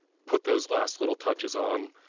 put those last little touches on.